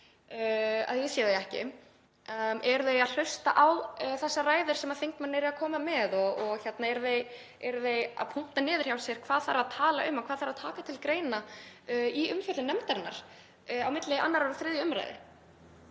Ég sé þau ekki. Eru þau að hlusta á þessar ræður sem þingmenn eru að koma með og eru þau að punkta niður hjá sér hvað þarf að tala um og hvað þarf að taka til greina í umfjöllun nefndarinnar á milli 2. og 3. umr.?